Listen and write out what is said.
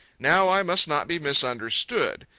now i must not be misunderstood.